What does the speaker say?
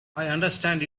understand